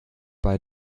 bei